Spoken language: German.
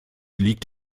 liegt